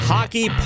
Hockey